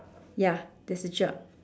ya this picture